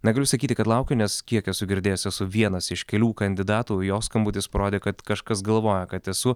negaliu sakyti kad laukiu nes kiek esu girdėjęs esu vienas iš kelių kandidatų jo skambutis parodė kad kažkas galvoja kad esu